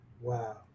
wow